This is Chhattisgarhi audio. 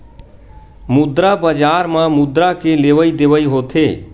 मुद्रा बजार म मुद्रा के लेवइ देवइ होथे